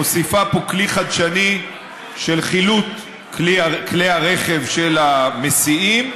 מוסיפה פה כלי חדשני של חילוט כלי הרכב של המסיעים,